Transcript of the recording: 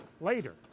later